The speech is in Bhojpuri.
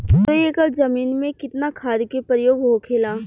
दो एकड़ जमीन में कितना खाद के प्रयोग होखेला?